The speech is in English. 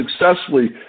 successfully